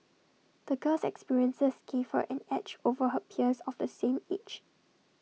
the girl's experiences gave her an edge over her peers of the same age